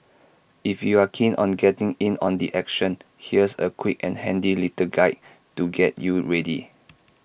if you're keen on getting in on the action here's A quick and handy little guide to get you ready